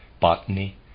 botany